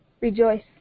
rejoice